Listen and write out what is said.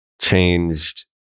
changed